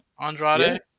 Andrade